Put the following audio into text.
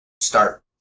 start